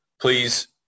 please